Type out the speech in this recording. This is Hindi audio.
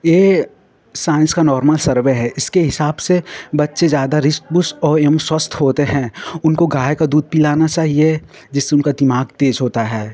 यह साइन्स का नॉर्मल सर्वे है इसके हिसाब से बच्चे ज़्यादा हृष्ट पुष्ट और एवं स्वस्थ होते हैं उनको गाय का दूध पिलाना चाहिए जिससे उनका दिमाग तेज होता है